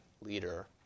leader